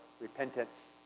repentance